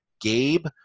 Gabe